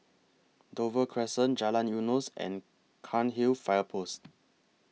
Dover Crescent Jalan Eunos and Cairnhill Fire Post